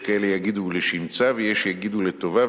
יש כאלה שיגידו לשמצה ויש כאלו שיגידו לטובה,